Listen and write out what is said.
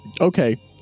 Okay